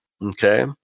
Okay